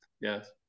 Yes